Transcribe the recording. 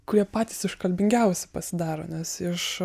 kurie patys iškalbingiausi pasidaro nes iš